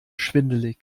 schwindelig